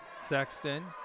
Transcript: Sexton